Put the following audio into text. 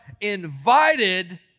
invited